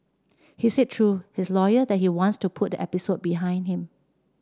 he said through his lawyer that he wants to put the episode behind him